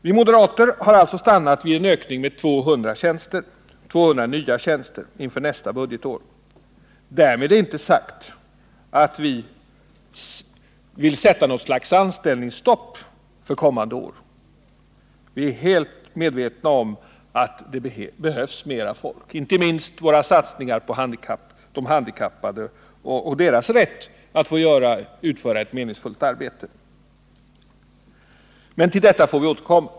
Vi moderater har alltså stannat för en ökning med 200 tjänster inför nästa budgetår. Därmed är inte sagt att vi vill införa något slags anställningsstopp för kommande år. Vi är helt medvetna om att det behövs mera folk, inte minst för att tillgodose de handikappades rätt att få utföra ett meningsfullt arbete. Men till det får vi återkomma.